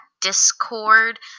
Discord